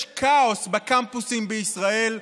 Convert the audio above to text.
יש כאוס בקמפוסים בישראל,